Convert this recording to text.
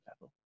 level